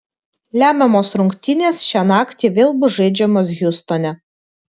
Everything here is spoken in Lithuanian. lemiamos rungtynės šią naktį vėl bus žaidžiamos hjustone